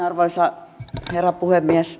arvoisa herra puhemies